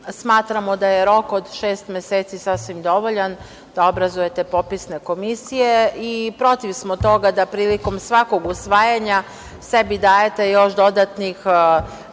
smatramo da je rok od šest meseci sasvim dovoljan da obrazujete popisne komisije i protiv smo toga da prilikom svakog usvajanja sebi dajete još dodatnih